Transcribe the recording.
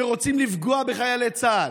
שרוצים לפגוע בחיילי צה"ל,